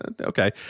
okay